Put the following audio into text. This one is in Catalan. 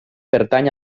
pertany